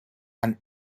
and